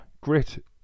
Grit